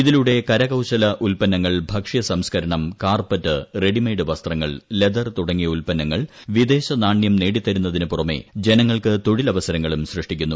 ഇതിലൂടെ കരകൌശല ഉൽപ്പന്നങ്ങൾ ഭക്ഷ്യ സംസ്കരണം കാർപ്പറ്റ് റെഡിമെയ്ഡ് വസ്ത്രങ്ങൾ ലെതർ തുടങ്ങിയ ഉൽപ്പന്നങ്ങൾ വിദേശനാണൃം നേടിത്തരുന്നതിനു പുറമേ ജനങ്ങൾക്ക് തൊഴിലവസരങ്ങളും സൃഷ്ടിക്കുന്നു